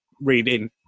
reading